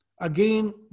again